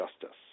justice